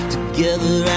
Together